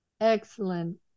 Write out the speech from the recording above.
Excellent